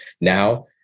now